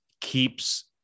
keeps